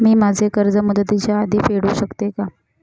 मी माझे कर्ज मुदतीच्या आधी फेडू शकते का?